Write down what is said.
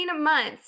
months